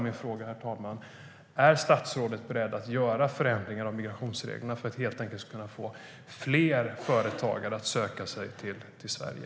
Min fråga är därför: Är statsrådet beredd att göra förändringar av migrationsreglerna för att vi helt enkelt ska kunna få fler företagare att söka sig till Sverige?